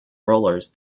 rollers